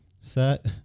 set